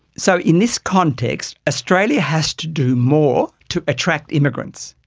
so in this context, australia has to do more to attract immigrants,